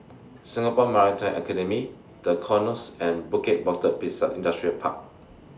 Singapore Maritime Academy The Knolls and Bukit Batok Industrial Park